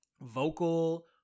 vocal